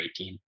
18